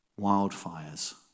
Wildfires